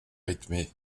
rythmée